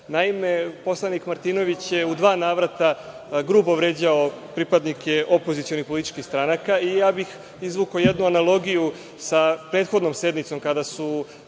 poslanik Martinović je u dva navrata grubo vređao pripadnike opozicionih političkih stranaka i ja bih izvukao jednu analogiju sa prethodnom sednicom kada su